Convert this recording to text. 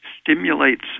stimulates